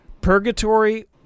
Purgatory